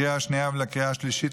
לקריאה השנייה ולקריאה השלישית,